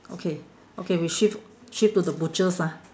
okay okay we shift shift to the butchers ah